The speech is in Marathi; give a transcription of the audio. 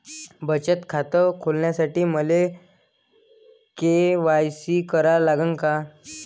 बचत खात खोलासाठी मले के.वाय.सी करा लागन का?